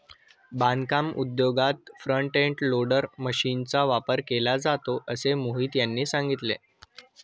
बांधकाम उद्योगात front end loader मशीनचा वापर केला जातो असे मोहित यांनी सांगितले